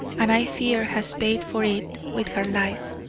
and i fear has paid for it with her life.